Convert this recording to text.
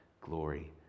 glory